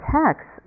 text